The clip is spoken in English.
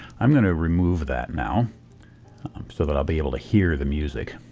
i'm going to remove that now so that i'll be able to hear the music